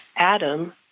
Adam